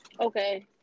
Okay